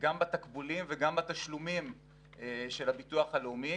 גם בתקבולים וגם בתשלומים של הביטוח הלאומי,